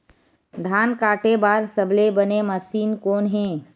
धान काटे बार सबले बने मशीन कोन हे?